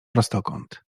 prostokąt